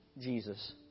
Jesus